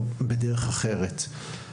או בדרך אחרת.